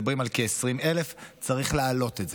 מדברים על כ-20,000, צריך לעלות את זה.